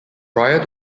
prior